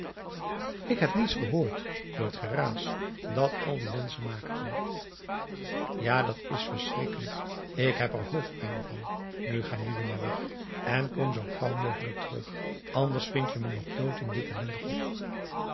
ik heb niets gehoord door het geraas dat al die menschen maakten ja dat is verschrikkelijk ik heb er hoofdpijn van nu ga jullie maar weg en kom zoo gauw mogelijk terug anders vindt je me nog dood in dit ellendig hok